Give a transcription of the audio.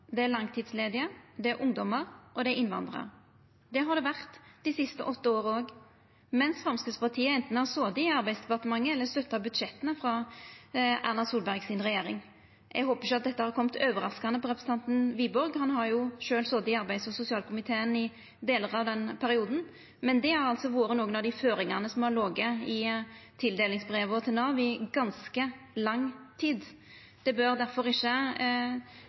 Det er langtidsledige, det er ungdommar, og det er innvandrarar. Det har det vore dei siste åtte åra òg, mens Framstegspartiet anten har sete i Arbeidsdepartementet eller støtta budsjetta frå Erna Solberg si regjering. Eg håper at dette ikkje har kome overraskande på representanten Wiborg – han har jo sjølv sete i arbeids- og sosialkomiteen i delar av den perioden. Dette har altså vore nokre av dei føringane som har lege i tildelingsbreva til Nav i ganske lang tid. Det bør ikkje